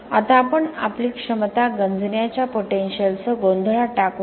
आता आपण आपली क्षमता गंजण्याच्या पोटेन्शियलसह गोंधळात टाकू नये